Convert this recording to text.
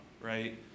right